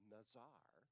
Nazar